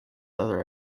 other